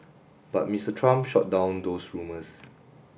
but Mr Trump shot down those rumours